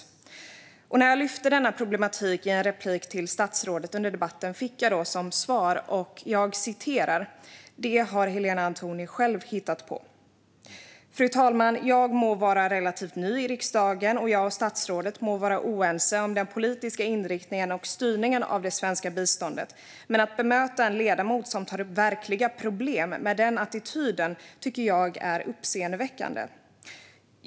När jag under debatten lyfte denna problematik i ett replikskifte med statsrådet fick jag till svar: Det "har Helena Antoni själv hittat på". Jag må vara relativt ny i riksdagen, fru talman, och jag och statsrådet må vara oense om den politiska inriktningen och styrningen av det svenska biståndet. Men att bemöta en ledamot som tar upp verkliga problem med den attityden tycker jag är uppseendeväckande.